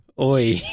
Oi